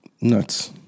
Nuts